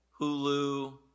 Hulu